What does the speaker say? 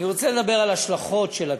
אני רוצה לדבר על השלכות של התקציב.